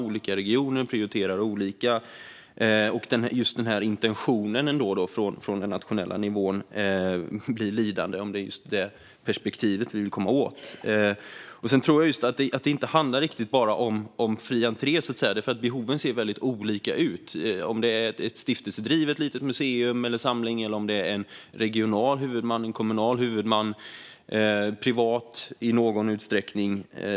Olika regioner prioriterar olika, och intentionen från den nationella nivån blir lidande, om det är just det perspektivet vi vill komma åt. Sedan tror jag att det inte riktigt handlar bara om fri entré, så att säga, för behoven ser väldigt olika ut. Det kan vara en stiftelse som driver ett litet museum eller har en liten samling. Det kan vara regionala, kommunala eller i någon utsträckning privata huvudmän.